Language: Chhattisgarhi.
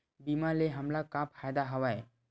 बीमा ले हमला का फ़ायदा हवय?